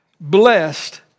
blessed